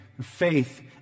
faith